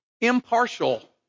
impartial